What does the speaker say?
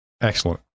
Excellent